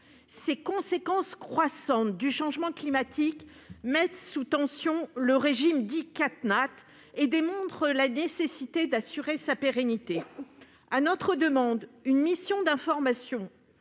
Ces conséquences croissantes du changement climatique mettent sous tension le régime dit CatNat et démontrent la nécessité d'assurer sa pérennité. À notre demande, une mission d'information